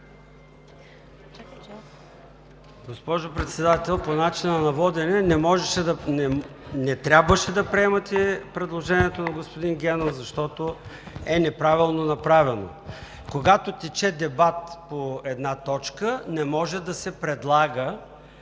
Госпожо Председател, по начина на водене. Не трябваше да приемате предложението на господин Генов, защото е неправилно направено. Когато тече дебат по една точка, не може да се предлага